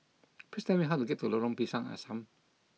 please tell me how to get to Lorong Pisang Asam